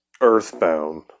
earthbound